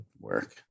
work